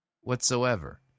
whatsoever